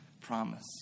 promise